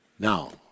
Now